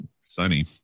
sunny